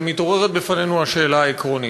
מתעוררת בפנינו השאלה העקרונית: